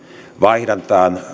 vaihdantaan